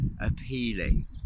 appealing